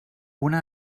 una